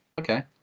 Okay